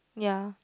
ya